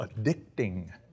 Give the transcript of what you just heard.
addicting